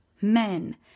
Men